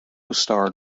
starred